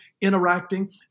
interacting